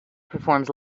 performs